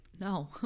no